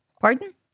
Pardon